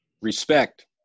Respect